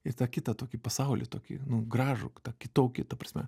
ir kitą tokį pasaulį tokį gražų kitokį ta prasme